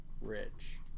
rich